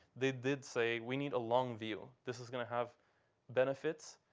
they did say, we need a long view. this is going to have benefits